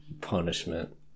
punishment